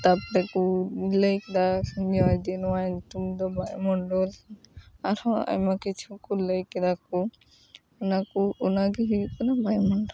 ᱛᱟᱯᱚᱨᱮ ᱠᱚ ᱞᱟᱹᱭ ᱠᱮᱫᱟ ᱱᱤᱭᱟᱹ ᱡᱮ ᱱᱚᱣᱟ ᱧᱩᱛᱩᱢ ᱫᱚ ᱵᱟᱭᱩᱢᱚᱱᱰᱚᱞ ᱟᱨᱦᱚᱸ ᱟᱭᱢᱟ ᱠᱤᱪᱷᱩ ᱠᱚ ᱞᱟᱹᱭ ᱠᱮᱫᱟ ᱠᱚ ᱚᱱᱟ ᱠᱚ ᱚᱱᱟ ᱜᱮ ᱦᱩᱭᱩᱜ ᱠᱟᱱᱟ ᱵᱟᱭᱩᱢᱚᱱᱰᱚᱞ